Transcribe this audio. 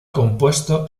compuesto